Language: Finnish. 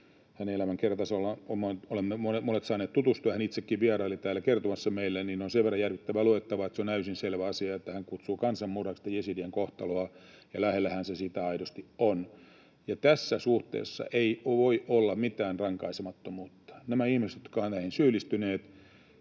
elämänkertaan olemme monet saaneet tutustua — hän itsekin vieraili täällä kertomassa meille — ja se on sen verran järkyttävää luettavaa, että se on täysin selvä asia, että hän kutsuu kansanmurhaksi tätä jesidien kohtaloa, ja lähellä sitähän se aidosti on. Ja tässä suhteessa ei voi olla mitään rankaisemattomuutta. Nämä ihmiset, jotka ovat näihin syyllistyneet